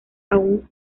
aún